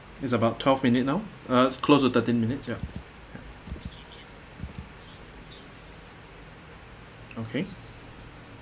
it's about twelve minute now uh close to thirteen minutes ya ya okay